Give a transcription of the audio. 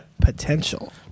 potential